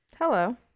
hello